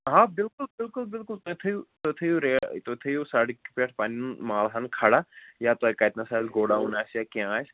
آ بِلکُل بِلکُل بِلکُل تُہۍ تھٲوِو تُہۍ تھٲوِو ریٹ تُہۍ تھٲوِو سڑکہِ پٮ۪ٹھ پَنٕنۍ مال ہَن کھڑا یا تۄہہِ کَتنَس آسہِ گُڈاوُن آسہِ یا کیٚنٛہہ آسہِ